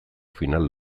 final